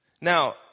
Now